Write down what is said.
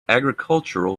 agricultural